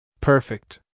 Perfect